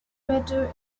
crater